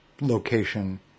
location